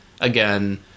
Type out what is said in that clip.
again